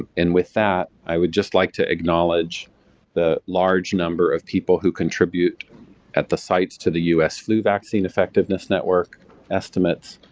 and with that, i would just like to acknowledge the large number of people who contribute at the sites to the us flu vaccine effectiveness network estimates,